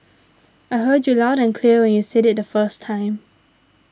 I heard you loud and clear when you said it the first time